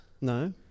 No